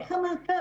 איך המעקב.